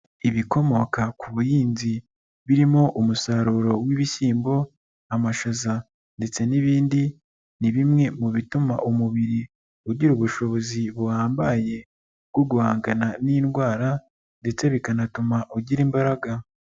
Ibikomoka ku buhinzi birimo umusaruro w'ibishyimbo, amashaza ndetse n'ibindi, ni bimwe mu bituma umubiri ugira ubushobozi buhambaye bwo guhangana n'indwara ndetse bikanatuma ugira imbaraga.